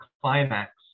climax